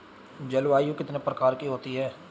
जलवायु कितने प्रकार की होती हैं?